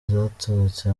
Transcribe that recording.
zaturutse